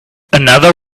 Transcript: another